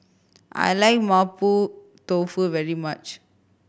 I like Mapo Tofu very much